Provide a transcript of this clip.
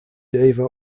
deva